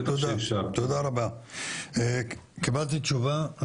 אוקי, תודה רבה, קיבלתי תשובה.